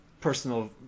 personal